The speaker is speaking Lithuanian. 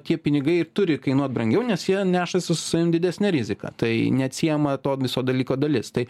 tie pinigai ir turi kainuot brangiau nes jie nešasi su savim didesnę riziką tai neatsiejama to viso dalyko dalis tai